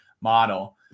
model